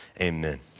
Amen